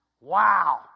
Wow